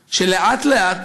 שלאט-לאט,